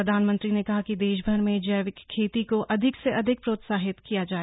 प्रधानमंत्री ने कहा कि देशभर में जैविक खेती को अधिक से अधिक प्रोत्साहित किया जाए